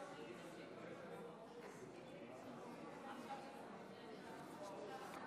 60 חברי כנסת תמכו בעמדה